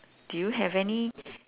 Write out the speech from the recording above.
do you have any